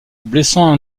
blessant